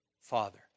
father